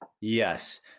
Yes